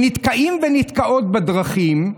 שנתקעים ונתקעות בדרכים,